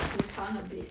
补偿 a bit